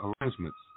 arrangements